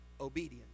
Obedience